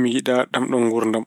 mi yiɗaa ɗamɗoon nguurdam.